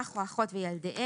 אח או אחות וילדיהם,